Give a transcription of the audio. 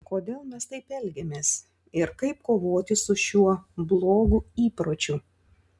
kodėl mes taip elgiamės ir kaip kovoti su šiuo blogu įpročiu